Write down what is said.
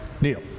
Neil